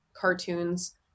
cartoons